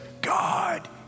God